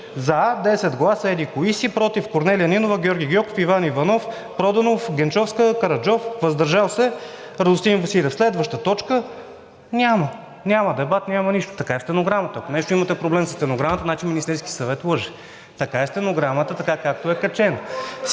„за 10 гласа еди-кои си, против – Корнелия Нинова, Георги Гьоков, Иван Иванов, Проданов, Генчовска, Караджов, въздържал се – Радостин Василев.“ Следваща точка – няма. Няма дебат, няма нищо. Така е в стенограмата. Ако нещо имате проблем със стенограмата, значи Министерският съвет лъже. Така е стенограмата, така както е качена.